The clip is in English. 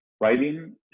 writing